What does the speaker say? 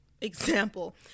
example